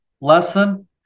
Lesson